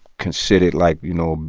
considered like, you know,